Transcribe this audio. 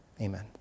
amen